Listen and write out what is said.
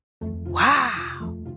Wow